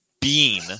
bean